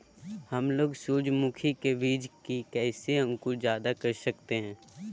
हमलोग सूरजमुखी के बिज की कैसे अंकुर जायदा कर सकते हैं?